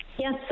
Yes